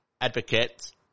advocates